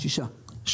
שישה,